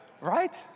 right